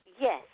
Yes